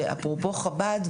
אפרופו חב"ד,